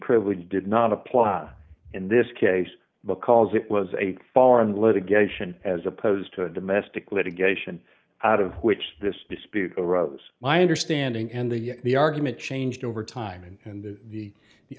privilege did not apply in this case because it was a foreign litigation as opposed to a domestic litigation out of which this dispute arose my understanding and the the argument changed over time and the the